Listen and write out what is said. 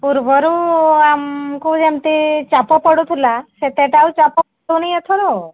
ପୂର୍ବରୁ ଆମକୁ ଯେମିତି ଚାପ ପଡ଼ୁଥିଲା ସେତେଟା ଆଉ ଚାପ ପଡ଼ୁନି ଏଥର